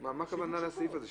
מה הכוונה בסעיף הזה?